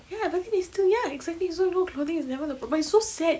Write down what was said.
ya nothing is still ya exactly so you know clothing is never the but it's so sad